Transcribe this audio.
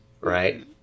right